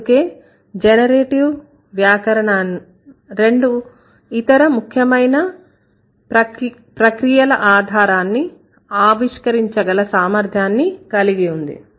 అందుకే జనరేటివ్ వ్యాకరణం రెండు ఇతర ముఖ్యమైన ప్రక్రియల ఆధారాన్ని ఆవిష్కరించగల సామర్థ్యాన్ని కలిగి ఉంది